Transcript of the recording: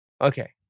Okay